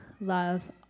love